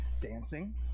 dancing